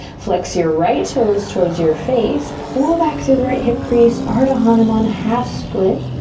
flex your right toes toward your face. pull back through the right hip crease, ardha hanuman, half split.